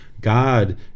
God